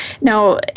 Now